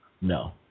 No